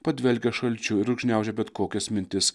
padvelkia šalčiu ir užgniaužia bet kokias mintis